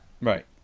Right